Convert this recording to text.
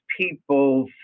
people